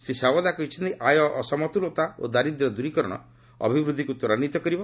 ଶ୍ରୀ ସୱାଦା କହିଛନ୍ତି ଆୟ ଅସମତୁଲତା ଓ ଦାରିଦ୍ର୍ୟ ଦୂରୀକରଣ ଅଭିବୃଦ୍ଧିକୁ ତ୍ୱରାନ୍ୱିତ କରିବ